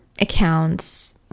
accounts